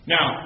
Now